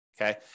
okay